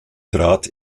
trat